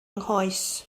nghoes